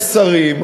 יש שרים,